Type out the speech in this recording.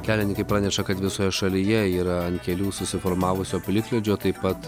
kelininkai praneša kad visoje šalyje yra ant kelių susiformavusio plikledžio taip pat